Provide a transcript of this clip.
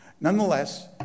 Nonetheless